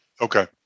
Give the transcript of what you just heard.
Okay